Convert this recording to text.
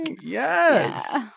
Yes